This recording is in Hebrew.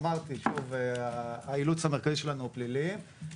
אמרתי, שוב, האילוץ המרכזי שלנו הוא פליליים.